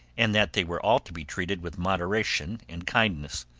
and that they were all to be treated with moderation and kindness.